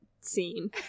scene